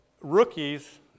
rookies